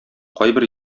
кайбер